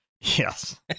Yes